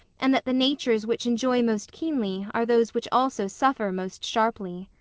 and that the natures which enjoy most keenly are those which also suffer most sharply.